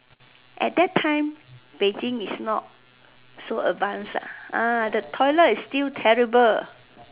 at that time Beijing is not so advance ah ah the toilet is still terrible